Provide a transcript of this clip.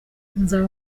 nzaba